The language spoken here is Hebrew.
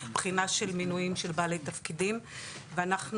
בחינה של מינויים של בעלי תפקידים ואנחנו